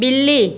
बिल्ली